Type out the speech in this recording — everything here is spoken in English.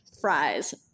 fries